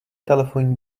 telefonní